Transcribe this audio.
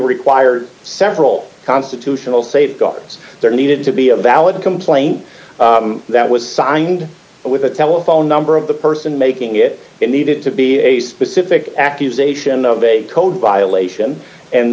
required several constitutional safeguards there needed to be a valid complaint that was signed with a telephone number of the person making it and needed to be a specific accusation of a code violation and